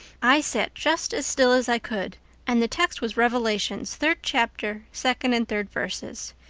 i sat just as still as i could and the text was revelations, third chapter, second and third verses.